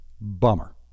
Bummer